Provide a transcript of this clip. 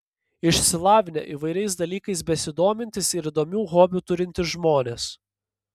išsilavinę įvairiais dalykais besidomintys ir įdomių hobių turintys žmonės